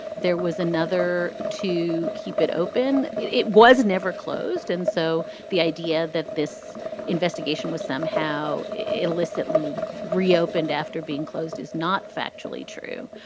there was another to keep it open. it it was never closed. and so the idea that this investigation was somehow illicitly reopened after being closed is not factually true.